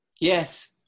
Yes